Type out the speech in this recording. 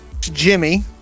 Jimmy